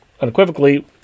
unequivocally